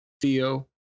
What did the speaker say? Theo